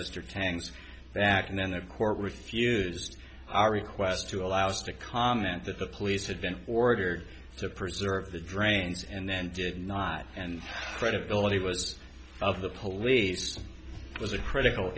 mr tang's back and then the court refused our request to allow us to comment that the police had been ordered to preserve the drains and then did not and credibility was of the police it was a critical